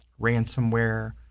ransomware